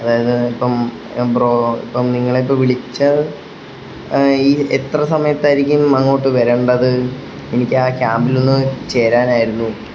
അതായത് ഇപ്പം ബ്രോ ഇപ്പം നിങ്ങളിപ്പം വിളിച്ച ഈ എത്ര സമയത്തായിരിക്കും അങ്ങോട്ട് വരേണ്ടത് എനിക്ക് ആ ക്യാമ്പിലൊന്ന് ചേരാനായിരുന്നു